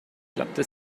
klappte